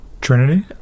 Trinity